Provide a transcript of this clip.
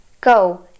Go